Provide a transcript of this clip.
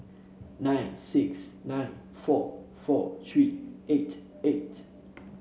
nine six nine four four three eight eight